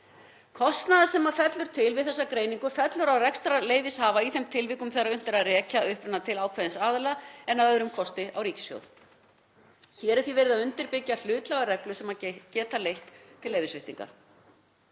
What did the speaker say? Kostnaður sem fellur til við þessa greiningu fellur á rekstrarleyfishafa í þeim tilvikum þegar unnt er að rekja uppruna til ákveðins aðila en að öðrum kosti fellur kostnaður á ríkissjóð. Hér er því verið að undirbyggja hlutlægar reglur sem geta leitt til leyfissviptingar.